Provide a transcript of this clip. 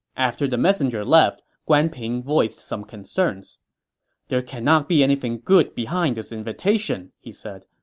after the messenger left, guan ping voiced some concerns there cannot be anything good behind this invitation, he said.